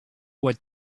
what